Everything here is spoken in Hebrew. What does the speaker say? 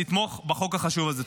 לתמוך בחוק החשוב הזה.